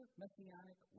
messianic